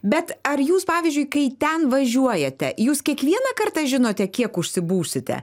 bet ar jūs pavyzdžiui kai ten važiuojate jūs kiekvieną kartą žinote kiek užsibūsite